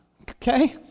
Okay